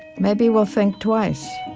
maybe we'll think twice